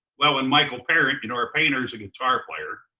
well, and michael parent, you know our painter is a guitar player.